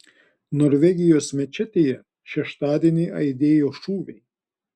norvegijos mečetėje šeštadienį aidėjo šūviai